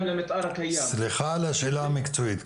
למתאר הקיים --- סליחה על השאלה המקצועית,